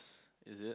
is it